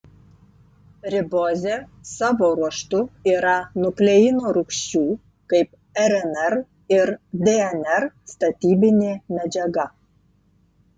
ribozė savo ruožtu yra nukleino rūgščių kaip rnr ir dnr statybinė medžiaga